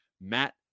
Matt